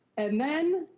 and then